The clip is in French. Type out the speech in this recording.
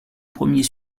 premier